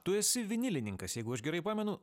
tu esi vinilininkas jeigu aš gerai pamenu